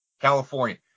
california